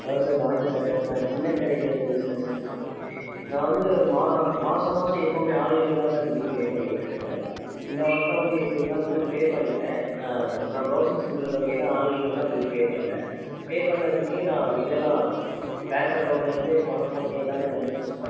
hello sir வணக்கம் sir நான் சின்னக்கரையில் இருந்து பேசுகிறேன் சார் நான் வந்து மா மாதம் மாதம் எப்போவுமே ஆன்லைனில் தான் சார் பில் பே பண்ணிக்கிட்டிருக்கேன் இந்த வட்டம் வந்து எப்படின்னா பில் பே பண்ணிட்டேன் நான் ப்ரௌசிங் சென்டரில் தான் போய் தான் ஆன்லைனில் தான் பில் பே பண்ணேன் பே பண்ணதுக்கு நான் இதெல்லாம் பேங்க் அக்கௌண்ட்டில் இருந்து பணம் போனது எல்லாமே வந்துடுச்சு சார்